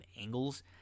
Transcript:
angles